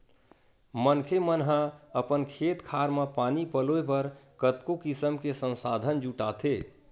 मनखे मन ह अपन खेत खार म पानी पलोय बर कतको किसम के संसाधन जुटाथे